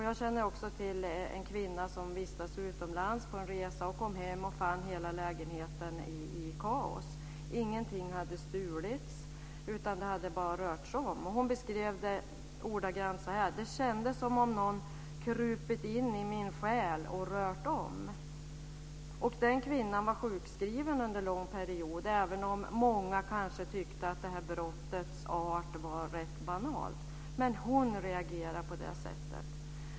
Jag känner till en kvinna som vistats utomlands på en resa och fann hela lägenheten i kaos när hon kom hem. Ingenting hade stulits. Det hade bara rörts om. Hon beskrev det så här: Det kändes som om någon krupit in i min själ och rört om. Den kvinnan var sjukskriven under en lång period, även om många kanske tyckte att det här brottet var rätt banalt. Men hon reagerade på det sättet.